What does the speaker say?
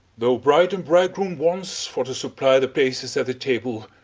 though bride and bridegroom wants for to supply the places at the table,